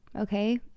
okay